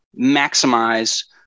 maximize